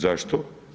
Zašto?